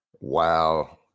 wow